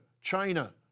China